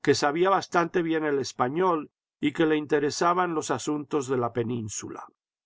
que sabía bastante bien el español y que le interesaban los asuntos de la península